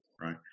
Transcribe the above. right